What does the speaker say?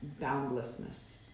boundlessness